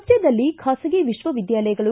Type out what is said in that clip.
ರಾಜ್ವದಲ್ಲಿ ಖಾಸಗಿ ವಿಶ್ವವಿದ್ಯಾಲಯಗಳು